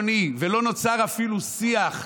אדוני היושב-ראש,